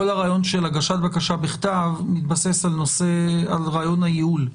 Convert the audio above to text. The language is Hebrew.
כל הרעיון של הגשת בקשה בכתב מתבסס על רעיון הייעול,